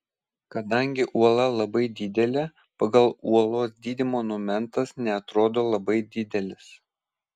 kadangi uola labai didelė pagal uolos dydį monumentas neatrodo labai didelis